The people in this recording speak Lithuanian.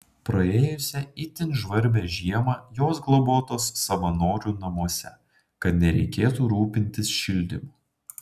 praėjusią itin žvarbią žiemą jos globotos savanorių namuose kad nereikėtų rūpintis šildymu